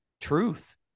truth